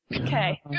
Okay